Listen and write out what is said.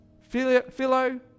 philo